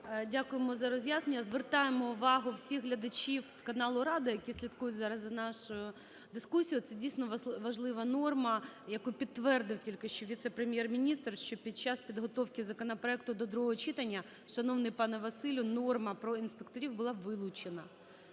Дякуємо за роз'яснення. Звертаємо увагу всіх глядачів каналу "Рада", які слідкують зараз за нашою дискусією, це дійсно важлива норма, яку підтвердив тільки що віце-прем'єр-міністр, що під час підготовки законопроекту до другого читання, шановний пане Василю, норма про інспекторів була вилучена.